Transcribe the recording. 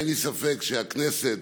אין לי ספק שהכנסת,